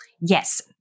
Yes